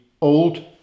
old